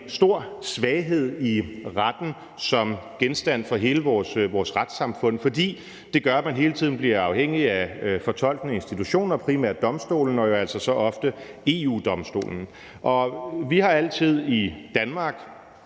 stor svaghed i retten som genstand for hele vores retssamfund, fordi det gør, at man hele tiden bliver afhængig af fortolkende institutioner, primært domstolene, og jo altså ofte EU-Domstolen. Vi har altid i Danmark